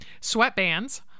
sweatbands